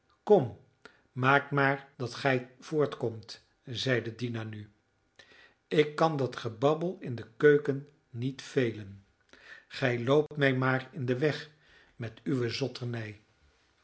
kom maakt maar dat gij voortkomt zeide dina nu ik kan dat gebabbel in de keuken niet velen gij loopt mij maar in den weg met uwe zotternij